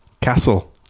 Castle